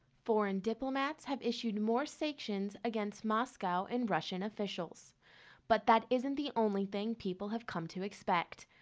foreign diplomats have issued more sanctions against moscow and russian officials but that isn't the only thing people have come to expect.